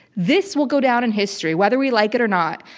this will go down in history, whether we like it or not,